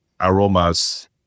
aromas